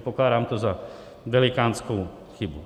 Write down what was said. Pokládám to za velikánskou chybu.